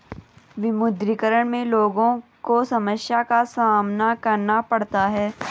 विमुद्रीकरण में लोगो को समस्या का सामना करना पड़ता है